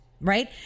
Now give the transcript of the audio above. Right